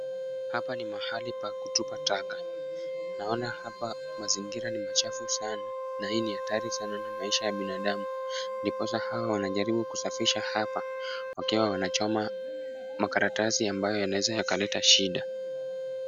Hapa ni mahali pa kutupa taka. Naona hapa mazingira ni machafu sana, na hii ni hatari sana na maisha ya binadamu. Ndiposa hawa wanajaribu kusafisha hapa, wakiwa wanachoma makaratasi ambayo yanaweza yakaleta shida.